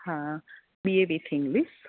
હા B A with English